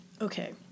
Okay